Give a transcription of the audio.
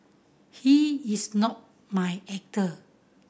he is not my actor